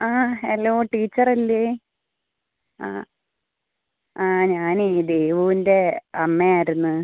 ആ ഹലോ ടീച്ചറല്ലേ ആ ആ ഞാനേ ദേവൂവിൻ്റെ അമ്മയായിരുന്നു